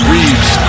Reeves